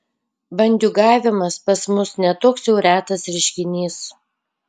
bandiūgavimas pas mus ne toks jau retas reiškinys